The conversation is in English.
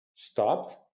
stopped